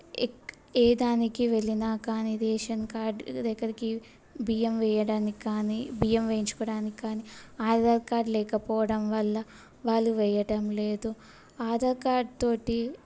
ఎక్ ఏ దానికి వెళ్ళినా కానీ రేషన్ కార్డ్ దగ్గరకి బియ్యం వేయడానికి కానీ బియ్యం వేయించుకోడానికి కానీ ఆధార్ కార్డ్ లేకపోవడం వల్ల వాళ్ళు వేయటంలేదు ఆధార్ కార్డ్తో